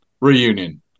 reunion